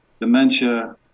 dementia